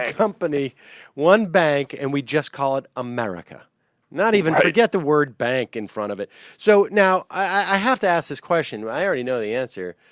ah company one bank and we just call it america not even going to get the word bank in front of it so it now i have to ask this question larry know the answer